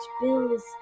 bills